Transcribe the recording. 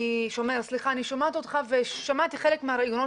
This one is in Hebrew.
אני שומעת אותך ושמעתי חלק מהריאיונות